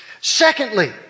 Secondly